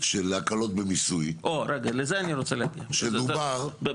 של הקלות במיסוי שדובר והובטח.